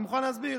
אני מוכן להסביר.